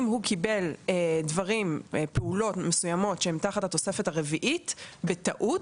אם הוא קיבל פעולות מסוימות שהן תחת התוספת הרביעית בטעות,